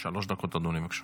שלוש דקות, אדוני.